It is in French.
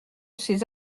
ces